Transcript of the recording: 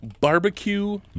barbecue